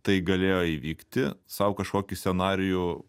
tai galėjo įvykti sau kažkokį scenarijų